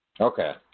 Okay